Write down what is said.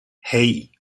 hei